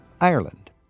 Ireland